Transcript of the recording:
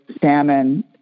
salmon